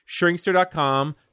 Shrinkster.com